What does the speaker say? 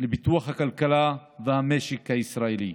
לפיתוח הכלכלה והמשק הישראלי.